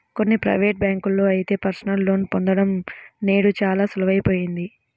కొన్ని ప్రైవేటు బ్యాంకుల్లో అయితే పర్సనల్ లోన్ పొందడం నేడు చాలా సులువయిపోయింది